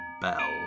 bell